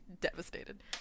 devastated